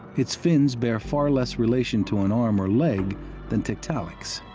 its fins bear far less relation to an arm or leg than tiktaalik's.